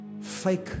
fake